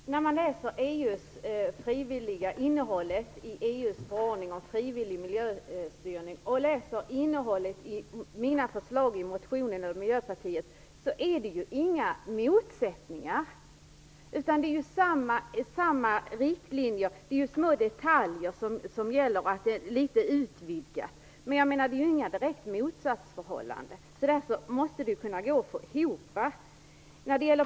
Herr talman! Om man jämför EU:s förordning om frivillig miljöstyrning med innehållet i mina och Miljöpartiets motionsförslag framgår det att det inte finns några motsättningar. Det är ju samma riktlinjer. Det handlar bara om små detaljer och om en utvidgning där, men något direkt motsatsförhållande är det inte fråga om.